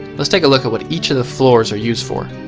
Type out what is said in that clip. let's take a look at what each of the floors are used for.